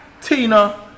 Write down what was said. Tina